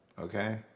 Okay